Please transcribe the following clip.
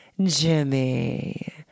Jimmy